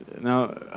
Now